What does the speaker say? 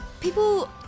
People